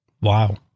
Wow